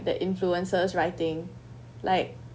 that influences writing like